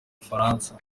bufaransa